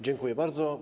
Dziękuję bardzo.